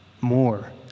more